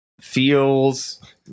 feels